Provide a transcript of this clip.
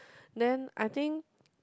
then I think